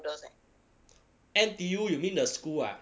N_T_U you mean the school ah